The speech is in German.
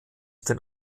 den